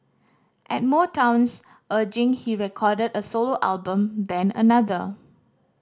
at Motown's urging he recorded a solo album then another